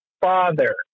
father